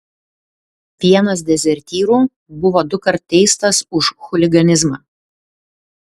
vienas dezertyrų buvo dukart teistas už chuliganizmą